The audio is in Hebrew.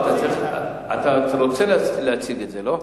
אבל אתה רוצה להציג את זה, לא?